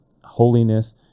holiness